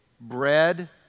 bread